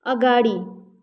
अगाडि